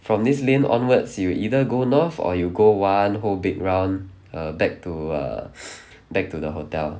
from this lane onwards you either go north or you go one whole big round err back to uh back to the hotel